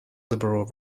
liberal